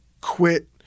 quit